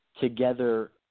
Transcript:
together